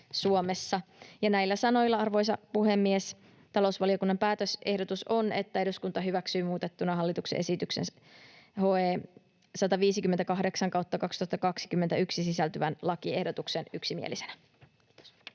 Näillä sanoilla, arvoisa puhemies, talousvaliokunnan päätösehdotus on, että eduskunta hyväksyy muutettuna hallituksen esitykseen HE 158/2021 sisältyvän lakiehdotuksen yksimielisenä.